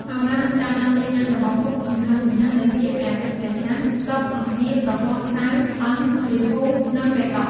ហោរានឹងតាមដានទីតាំងរបស់ភពសំខាន់ៗដូចជា ព្រះអាទិត្យ ព្រះច័ន្ទ សុក្រ អង្គារ ព្រហស្បតិ៍ សៅរ៍ ឥន្ទ្រ រាហ៊ូ និងកេតុ។